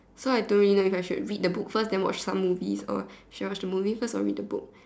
so I don't really know if I should read the book first then watch front movies or should I watch the movie first or read the book